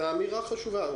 זו אמירה חשובה.